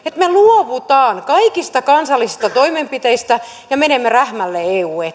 me luovumme kaikista kansallisista toimenpiteistä ja menemme rähmälleen eun eteen